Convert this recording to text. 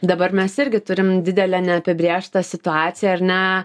dabar mes irgi turim didelę neapibrėžtą situaciją ar ne